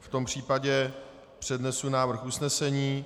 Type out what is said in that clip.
V tom případě přednesu návrh usnesení.